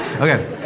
Okay